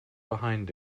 behind